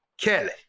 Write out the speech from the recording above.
kelly